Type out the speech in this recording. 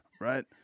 right